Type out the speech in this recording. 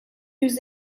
yüz